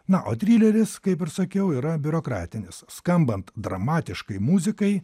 na o trileris kaip ir sakiau yra biurokratinis skambant dramatiškai muzikai